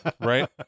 Right